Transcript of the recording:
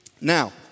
Now